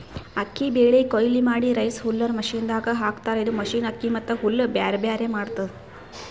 ಅಕ್ಕಿ ಬೆಳಿ ಕೊಯ್ಲಿ ಮಾಡಿ ರೈಸ್ ಹುಲ್ಲರ್ ಮಷಿನದಾಗ್ ಹಾಕ್ತಾರ್ ಇದು ಮಷಿನ್ ಅಕ್ಕಿ ಮತ್ತ್ ಹುಲ್ಲ್ ಬ್ಯಾರ್ಬ್ಯಾರೆ ಮಾಡ್ತದ್